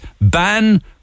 ban